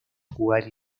jugar